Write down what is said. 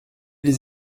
les